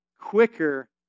quicker